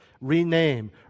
rename